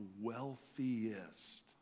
wealthiest